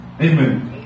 amen